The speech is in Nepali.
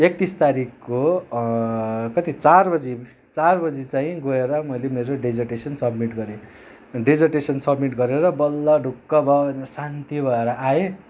एकतिस तारिकको कति चार बजी चार बजी चाहिँ गएर मैले मेरो डेजर्टेसन सब्मिट गरेँ डेजर्टेसन सब्मिट गरेर बल्ल ढुक्क भयो भनेर शान्ति भएर आएँ